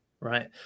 Right